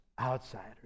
outsiders